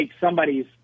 somebody's